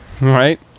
right